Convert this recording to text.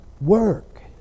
work